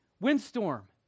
windstorm